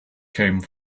came